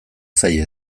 zaie